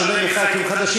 בשונה מחברי כנסת חדשים,